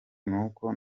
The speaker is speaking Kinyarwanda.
nuko